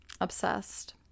Obsessed